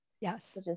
Yes